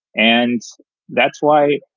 and that's why,